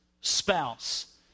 spouse